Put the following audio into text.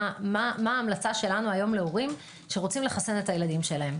מה ההמלצה שלנו להורים שרוצים לחסן את ילדיהם?